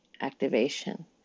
activation